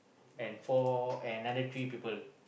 and four another three people